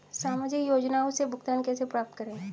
सामाजिक योजनाओं से भुगतान कैसे प्राप्त करें?